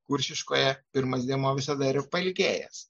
kuršiškoje pirmas dėmuo visad yra pailgėjęs